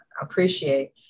appreciate